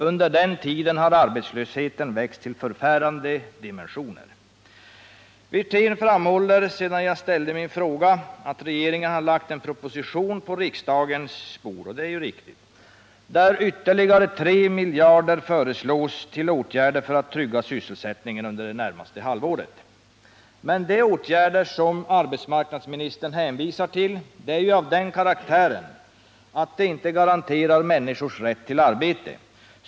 Under den tiden har arbetslösheten växt till Rolf Wirtén framhåller att sedan jag ställde min fråga har regeringen lagt en proposition på riksdagens bord, och det är riktigt. Där föreslås ytterligare 3 miljarder till åtgärder för att trygga sysselsättningen under det närmaste halvåret. Men de åtgärder som arbetsmarknadsministern hänvisar till är ju av den karaktären att de inte garanterar människors rätt till arbete.